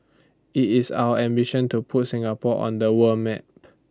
IT is our ambition to put Singapore on the world map